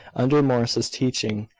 under morris's teaching,